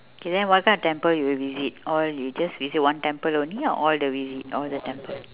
okay then what kind of temple you will visit all you just visit one temple only or all the visit all the temple